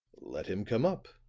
let him come up,